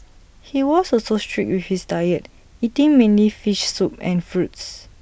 he was also strict with his diet eating mainly fish soup and fruits